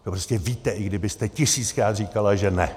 To prostě víte, i kdybyste tisíckrát říkala, že ne.